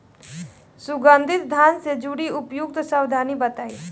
सुगंधित धान से जुड़ी उपयुक्त सावधानी बताई?